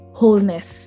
wholeness